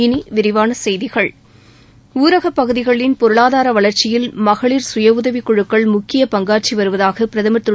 இனி விரிவான செய்திகள் ஊரகப் பகுதிகளின் பொருளாதார வளர்ச்சியில் மகளிர் கயஉதவிக் குழுக்கள் முக்கிய பங்காற்றி வருவதாக பிரதம் திரு